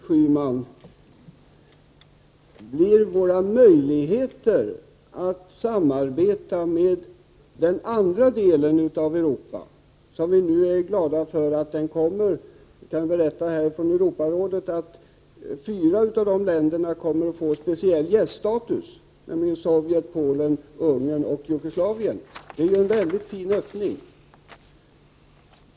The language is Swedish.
Herr talman! Vi är glada, Gudrun Schyman, för våra möjligheter att samarbeta även med den andra delen av Europa. Jag kan berätta från Europarådet att fyra av länderna i Östeuropa kommer att få speciell gäststatus, nämligen Sovjet, Polen, Ungern och Jugoslavien. Det är en mycket fin öppning.